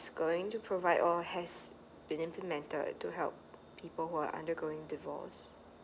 going to provide or has been implemented to help people who are undergoing divorce